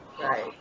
Right